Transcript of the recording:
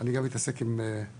אני גם מתעסק עם תחבורה.